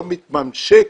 לא מתממשק,